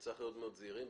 צריכים להיות מאוד זהירים.